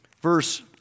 verse